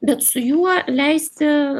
bet su juo leisti